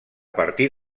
partir